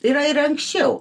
yra ir anksčiau